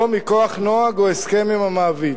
או מכוח נוהג או הסכם עם המעביד.